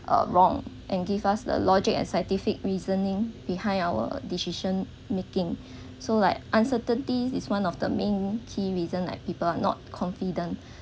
uh wrong and give us the logic and scientific reasoning behind our decision making so like uncertainty is one of the main key reason like people are not confident